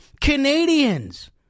Canadians